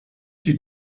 die